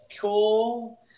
cool